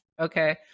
okay